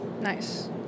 Nice